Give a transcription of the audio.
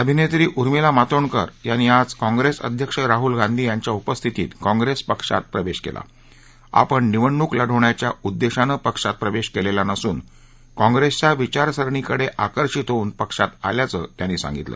अभिनेत्री उर्मिला मातोंडकर यांनी आज काँग्रेस अध्यक्ष राहल गांधी यांच्या उपस्थितीत काँग्रेस पक्षात प्रवेश केला आपण निवडणुक लढवण्याच्या उद्देशानं पक्षात प्रवेश केलेला नसून कॉंप्रेसच्या विचारसरणीकडे आकर्षित होऊन पक्षात आल्याचं त्यांनी सांगितलं